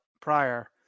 prior